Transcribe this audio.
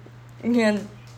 你很